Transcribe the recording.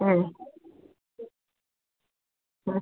हाँ हं